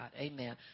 Amen